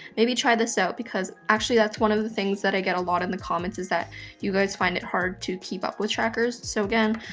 maybe try this out, because actually that's one of the things that i get a lot in the comments is that you guys find it hard to keep up with trackers, so again,